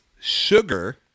Sugar